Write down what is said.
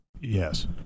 Yes